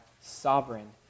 sovereign